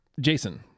Jason